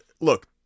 look